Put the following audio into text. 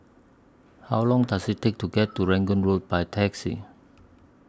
How Long Does IT Take to get to Rangoon Road By Taxi